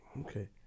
Okay